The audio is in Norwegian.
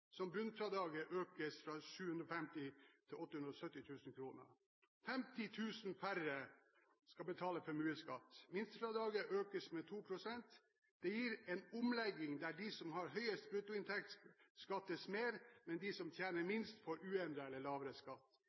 som bunnfradraget økes fra 750 000 til 870 000 kr. 50 000 færre skal betale formuesskatt. Minstefradraget økes med 2 pst. Det gir en omlegging der de som har høyest bruttoinntekt, skattes mer, mens de som tjener minst, får uendret eller lavere skatt.